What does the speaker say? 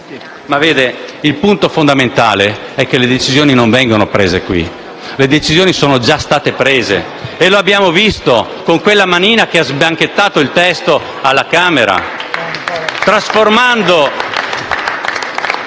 deciso. Il punto fondamentale è che le decisioni non vengono prese qui. Le decisioni sono già state prese. Lo abbiamo visto con quella manina che ha sbianchettato il testo alla Camera,